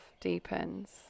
deepens